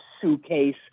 suitcase